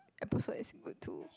episode is good too